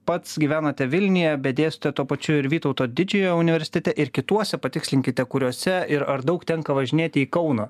pats gyvenate vilniuje bet dėstot tuo pačiu ir vytauto didžiojo universitete ir kituose patikslinkite kuriuose ir ar daug tenka važinėti į kauną